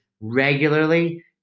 regularly